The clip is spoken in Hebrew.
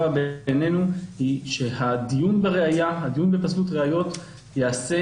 בעינינו היא שהדיון בפסלות ראיות ייעשה